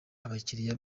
abakiriya